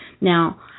Now